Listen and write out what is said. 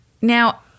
Now